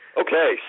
Okay